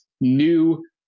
New